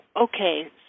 okay